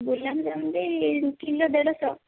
ଗୁଲାବଜାମ ବି କିଲୋ ଦେଢ଼ଶହ